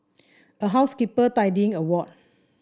a housekeeper tidying a ward